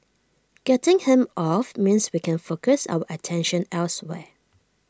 getting him off means we can focus our attention elsewhere